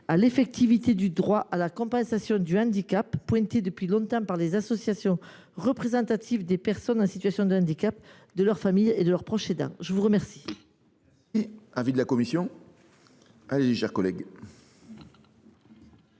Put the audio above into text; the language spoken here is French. à l’effectivité du droit à la compensation du handicap, dénoncés depuis longtemps par les associations de personnes en situation de handicap, de leurs familles et de leurs proches aidants. Quel